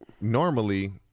Normally